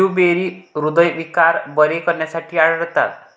blueberry हृदयविकार बरे करण्यासाठी आढळतात